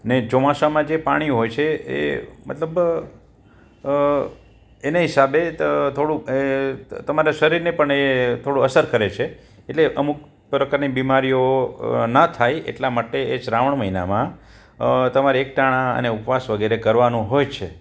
ને ચોમાસામાં જે પાણી હોય છે એ મતલબ એનએ હિસાબે થોડું તમારે શરીરને પણ એ થોડું અસર કરે છે એટલે અમુક પ્રકારની બીમારીઓ ના થાય એટલા માટે એ શ્રાવણ મહિનામાં તમારે એકટાણા અને ઉપવાસ વગેરે કરવાનું હોય છે